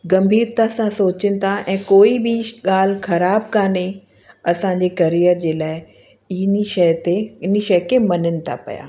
गंभीरता सां सोचनि था ऐं कोई बि ॻाल्हि ख़राबु काने असांजे करियर जे लाइ हिन शइ ते हिन शइ खे मञनि था पिया